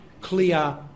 clear